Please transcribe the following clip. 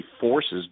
forces